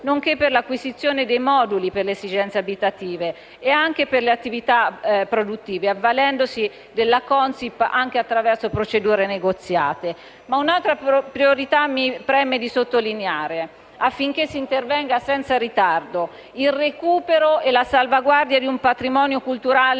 nonché per l'acquisizione dei moduli per le esigenze abitative e anche per le attività produttive, avvalendosi della CONSIP anche attraverso procedure negoziate. Ma un'altra priorità mi preme sottolineare, affinché sì intervenga senza ritardo: il recupero e la salvaguardia di un patrimonio culturale